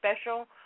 special